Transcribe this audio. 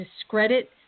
discredit